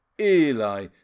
Eli